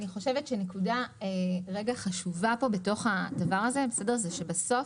אני חושבת שנקודה חשובה פה בתוך הדבר הזה היא שבסוף